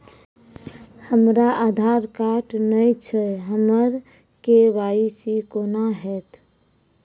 हमरा आधार कार्ड नई छै हमर के.वाई.सी कोना हैत?